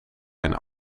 een